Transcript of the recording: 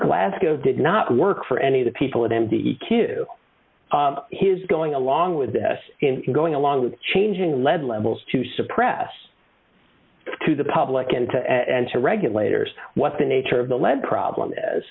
glasgow did not work for any of the people at m d q his going along with this in going along with changing lead levels to suppress to the public and to and to regulators what the nature of the lead problem